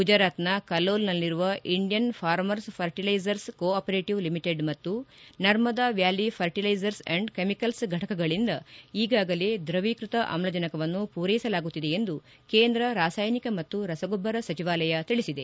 ಗುಜರಾತ್ನ ಕಲೋಲ್ನಲ್ಲಿರುವ Indian farmers fertiliser cooperative limited ಮತ್ತು Narmada valley fertilisers and chemicals ಫಟಕಗಳಿಂದ ಈಗಾಗಲೆ ದ್ರವೀಕೃತ ಆಮ್ಲಜನಕವನ್ನು ಪೂರ್ಸೆಸಲಾಗುತ್ತಿದೆ ಎಂದು ಕೇಂದ್ರ ರಾಸಾಯನಿಕ ಮತ್ತು ರಸಗೊಬ್ಲರ ಸಚಿವಾಲಯ ತಿಳಿಸಿದೆ